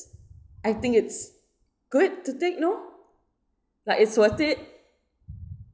I think it's good to take no like it's worth it